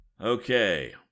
Okay